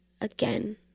again